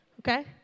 Okay